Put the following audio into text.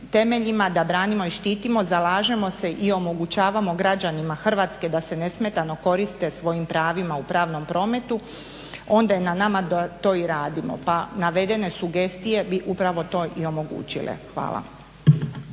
temeljima da branimo i štitimo, zalažemo se i omogućavamo građanima Hrvatske da se nesmetano koriste svojim pravima u pravnom prometu onda je na nama da to i radimo, pa navedene sugestije bi upravo to i omogućile. Hvala.